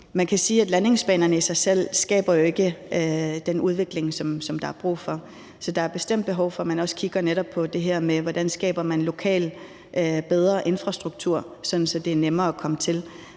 Man kan sige, at landingsbanerne i sig selv jo ikke skaber den udvikling, som der er brug for. Så der er bestemt behov for, at man også kigger netop på det her med, hvordan man skaber bedre lokal infrastruktur, sådan at det er nemmere at komme til